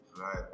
Right